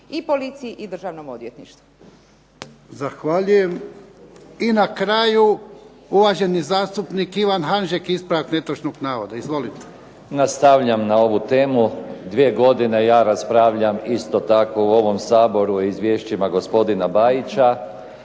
i policiji i Državnom odvjetništvu. **Jarnjak, Ivan (HDZ)** Zahvaljujem. I na kraju uvaženi zastupnik Ivan Hanžek ispravak netočnog navoda. Izvolite. **Hanžek, Ivan (SDP)** Nastavljam na ovu temu. Dvije godine ja raspravljam isto tako u ovom Saboru o izvješćima gospodina Bajića